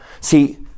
See